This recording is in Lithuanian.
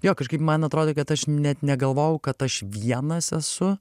jo kažkaip man atrodė kad aš net negalvojau kad aš vienas esu